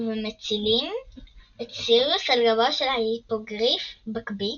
ומצילים את סיריוס על גבו של ההיפוגריף בקביק,